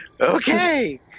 Okay